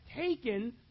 taken